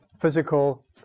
physical